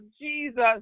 Jesus